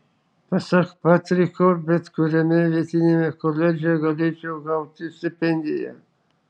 pasak patriko bet kuriame vietiniame koledže galėčiau gauti stipendiją